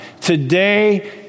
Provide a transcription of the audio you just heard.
Today